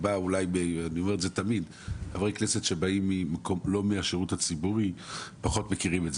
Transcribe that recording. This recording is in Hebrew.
אני תמיד אומר שחברי כנסת שלא באים מהשירות הציבורי פחות מכירים את זה